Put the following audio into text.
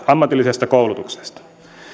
ammatillisesta koulutuksesta